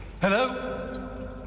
hello